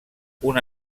una